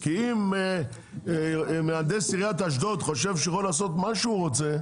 כי אם מהנדס עיריית אשדוד חושב שהוא יכול לעשות מה שהוא רוצה,